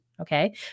Okay